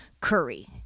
Curry